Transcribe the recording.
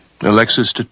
Alexis